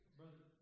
brother